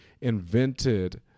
invented